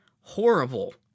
Horrible